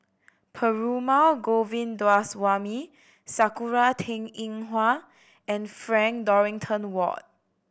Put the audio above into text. Perumal Govindaswamy Sakura Teng Ying Hua and Frank Dorrington Ward